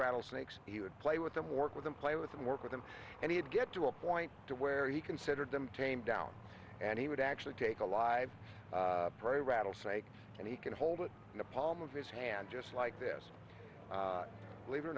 rattlesnakes he would play with them work with them play with them work with them and he'd get to a point to where he considered them tame down and he would actually take a live probably rattlesnake and he can hold it in the palm of his hand just like this believe it or